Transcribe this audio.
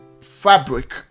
fabric